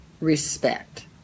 respect